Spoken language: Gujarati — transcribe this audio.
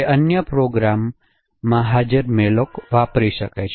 અન્ય પ્રોગ્રામમાં હાજર malloc વાપરી શકે છે